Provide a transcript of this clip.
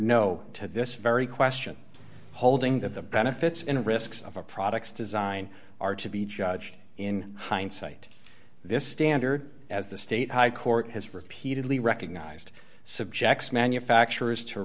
no to this very question holding that the benefits and risks of a product's design are to be judged in hindsight this standard as the state high court has repeatedly recognized subjects manufacturers to